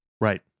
right